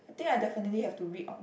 I think I definitely have to read on